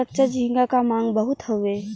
कच्चा झींगा क मांग बहुत हउवे